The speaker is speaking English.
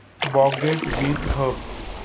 baguette with herbs